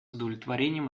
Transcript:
удовлетворением